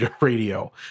radio